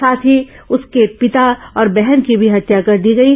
साथ ही उसके पिता और बहन की भी हत्या कर दी गई है